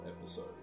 episode